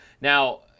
Now